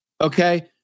Okay